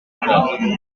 for